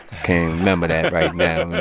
can't remember that right now.